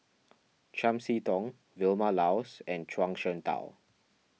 Chiam See Tong Vilma Laus and Zhuang Shengtao